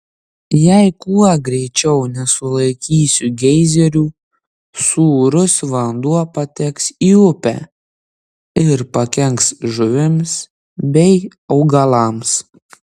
jei kuo greičiau nesulaikysiu geizerių sūrus vanduo pateks į upę ir pakenks žuvims bei augalams